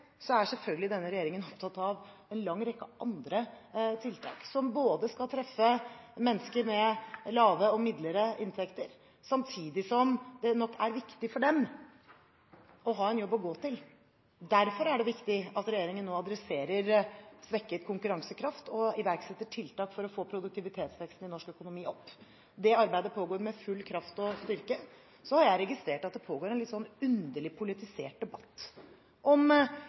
er selvfølgelig denne regjeringen opptatt av en lang rekke andre tiltak, som skal treffe mennesker med lave og midlere inntekter, samtidig som det nok er viktig for dem å ha en jobb å gå til. Derfor er det viktig at regjeringen nå adresserer svekket konkurransekraft og iverksetter tiltak for å få produktivitetsveksten i norsk økonomi opp. Det arbeidet pågår med full kraft og styrke. Så har jeg registrert at det pågår en litt underlig politisert debatt om